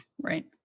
Right